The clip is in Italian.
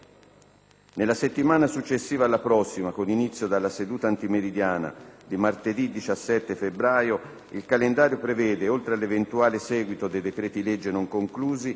Nella settimana successiva alla prossima, con inizio dalla seduta antimeridiana di martedì 17 febbraio, il calendario prevede, oltre all'eventuale seguito dei decreti-legge non conclusi,